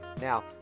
Now